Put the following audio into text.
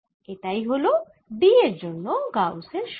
এটিই হলো D এর জন্য গাউস এর সূত্র